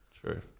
true